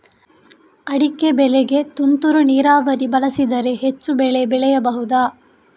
ಅಡಿಕೆ ಬೆಳೆಗೆ ತುಂತುರು ನೀರಾವರಿ ಬಳಸಿದರೆ ಹೆಚ್ಚು ಬೆಳೆ ಬೆಳೆಯಬಹುದಾ?